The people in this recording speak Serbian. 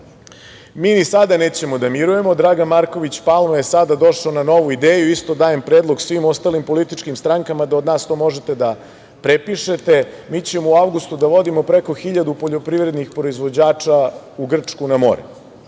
ni sada nećemo da mirujemo. Dragan Marković Palma je sada došao na novu ideju, isto dajem predlog svim ostalim političkim strankama da od nas možete da prepišete. Mi ćemo u avgustu da vodimo preko 1.000 poljoprivrednih proizvođača u Grčku na more.